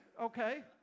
okay